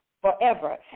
forever